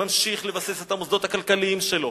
ממשיך לבסס את המוסדות הכלכליים שלו,